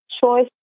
choice